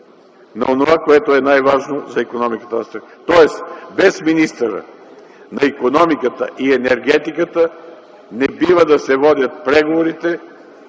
на онова, което е най-важно за икономиката на страната. Тоест без министъра на икономиката и енергетиката не бива да се водят преговорите,